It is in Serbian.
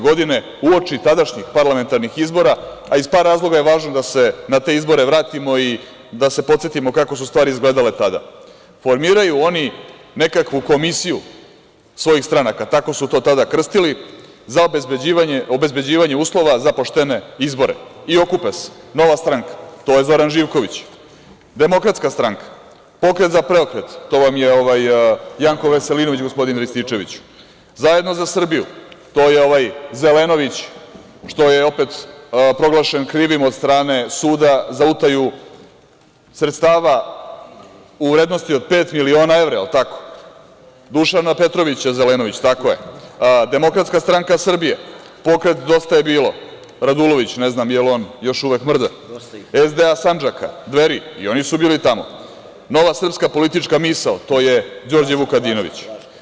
Godine 2016. uoči tadašnjih parlamentarnih izbora, a iz par razloga je važno da se na te izbore vratimo i da se podsetimo kako su stvari izgledale tada, formiraju oni nekakvu komisiju svojih stranaka, tako su to tada krstili, za obezbeđivanje uslova za poštene izbore i okupe se – Nova stranka, to je Zoran Živković, Demokratska stranka, Pokret za preokret, to vam je Janko Veselinović, gospodine Rističeviću, Zajedno za Srbiju, to je ovaj Zelenović što je opet proglašen krivim od strane suda za utaju sredstava u vrednosti od pet miliona evra, Dušana Petrović Zelenović, tako je, Demokratska Stranka Srbije, Pokret „Dosta je bilo“, Radulović, ne znam da li još uvek mrda, SDA Sandžaka, Dveri, i oni su bili tamo, Nova srpska politička misao, to je Đorđe Vukadinović.